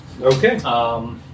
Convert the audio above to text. Okay